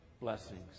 blessings